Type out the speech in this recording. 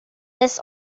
this